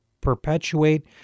perpetuate